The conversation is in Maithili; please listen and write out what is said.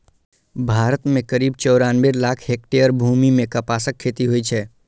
भारत मे करीब चौरानबे लाख हेक्टेयर भूमि मे कपासक खेती होइ छै